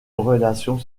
relation